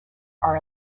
are